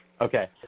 Okay